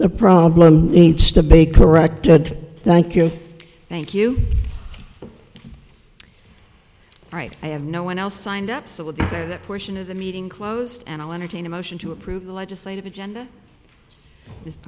the problem needs to be corrected thank you you thank right i have no one else signed up so with that portion of the meeting closed and i'll entertain a motion to approve the legislative agenda i